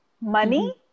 Money